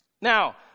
Now